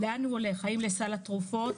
האם לסל התרופות?